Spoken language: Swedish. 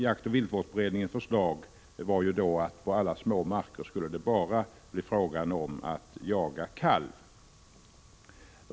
Jaktoch viltvårdsberedningens förslag var att det på alla små marker bara skulle bli fråga om att jaga kalv.